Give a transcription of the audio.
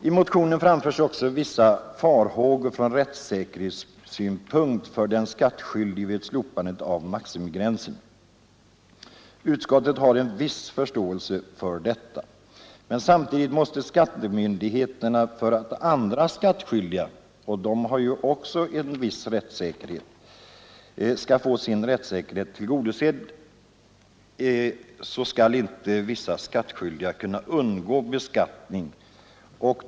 I motionen framförs också vissa farhågor ur rättssäkerhetssynpunkt för den skattskyldige vid slopande av maximigränsen. Utskottet har en viss förståelse för detta. Men samtidigt måste skattemyndigheterna för att andra skattskyldiga, som också har krav på rättssäkerhet, skall få denna tillgodosedd se till att vissa skattskyldiga inte kan undgå beskattning.